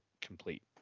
complete